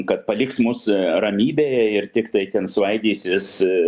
kad paliks mus ramybėje ir tiktai ten svaidysis